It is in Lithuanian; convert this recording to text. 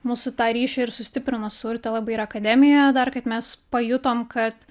mūsų tą ryšį ir sustiprino su urte labai ir akademijoje dar kad mes pajutom kad